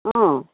অঁ